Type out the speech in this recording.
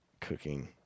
cooking